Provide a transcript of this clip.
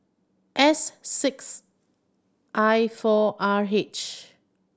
S six I four R H